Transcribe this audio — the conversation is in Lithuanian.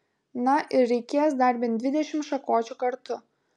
na ir reikės dar bent dvidešimt šakočių kartu